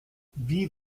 wie